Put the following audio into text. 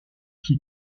qui